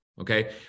Okay